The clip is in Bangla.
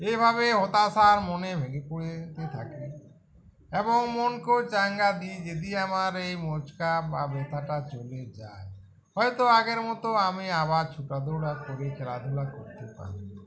এভাবে হতাশার মনে ভেঙে পড়েতে থাকি এবং মনকেও চাঙ্গা দিই যেদি আমার এই মোচকা বা ব্যেথাটা চলে যায় হয়তো আগের মতো আমি আবার ছুটা দৌড়া করে খেলাধুলা করতে পারবো